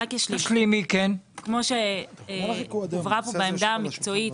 כמו שהוצגה העמדה המקצועית,